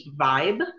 vibe